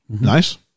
Nice